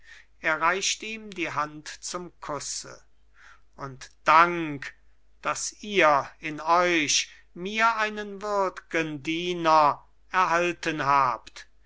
er reicht ihm die hand zum kusse und dank daß ihr in euch mir einen würdgen diener erhalten habt